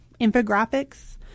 infographics